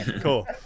Cool